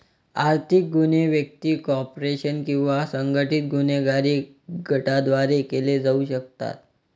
आर्थिक गुन्हे व्यक्ती, कॉर्पोरेशन किंवा संघटित गुन्हेगारी गटांद्वारे केले जाऊ शकतात